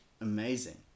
amazing